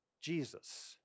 Jesus